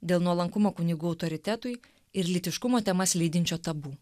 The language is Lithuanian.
dėl nuolankumo kunigų autoritetui ir lytiškumo temas lydinčio tabu